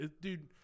Dude